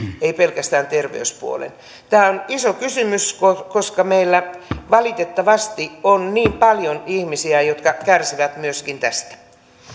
ei pelkästään terveyspuolen tämä on iso kysymys koska meillä valitettavasti on niin paljon ihmisiä jotka kärsivät myöskin tästä